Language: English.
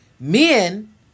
men